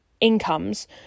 incomes